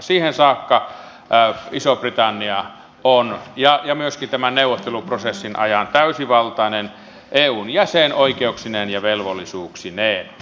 siihen saakka ja myöskin tämän neuvotteluprosessin ajan iso britannia on täysivaltainen eun jäsen oikeuksineen ja velvollisuuksineen